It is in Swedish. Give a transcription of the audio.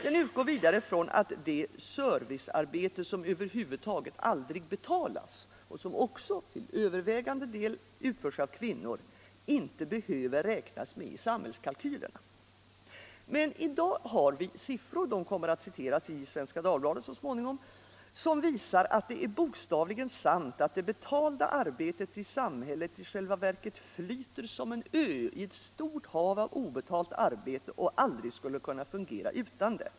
Den utgår vidare från att det servicearbete som över huvud taget aldrig betalas och som också till övervägande del utförs av kvinnor inte behöver räknas med i samhällskalkylerna. Men i dag har vi siffror — de kommer all citeras i Svenska Dagbladet så småningom — som visar att det är bokstavligen sant att det betalda arbetet i samhätllet i själva verket flyter som en Ö i ett stort hav av obetalt arbete och aldrig skulle kunna fungera utan det.